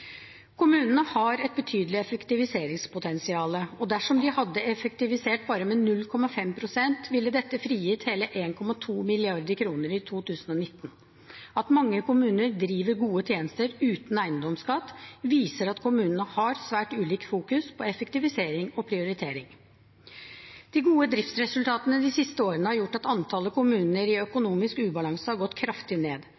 Kommunene har et betydelig effektiviseringspotensial, og dersom de hadde effektivisert bare med 0,5 pst., ville dette frigitt hele 1,2 mrd. kr i 2019. At mange kommuner driver gode tjenester uten eiendomsskatt, viser at kommunene har svært ulikt fokus på effektivisering og prioritering. De gode driftsresultatene de siste årene har gjort at antallet kommuner i økonomisk ubalanse har gått kraftig ned.